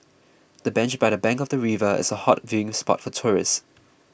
the bench by the bank of the river is a hot viewing spot for tourists